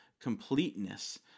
completeness